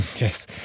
Yes